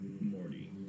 Morty